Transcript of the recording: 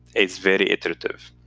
is very iterative.